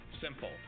Simple